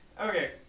Okay